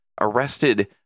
arrested